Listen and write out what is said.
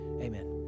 Amen